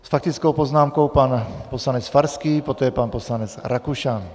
S faktickou poznámkou pan poslanec Farský, poté pan poslanec Rakušan.